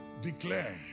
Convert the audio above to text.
declare